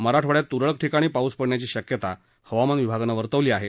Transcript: मराठवाड्यात तुरळक ठिकाणी पाऊस पडण्याची शक्यता हवामान विभागानं वर्तवली आहे